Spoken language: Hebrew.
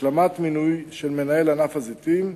השלמת מינוי של מנהל ענף הזיתים,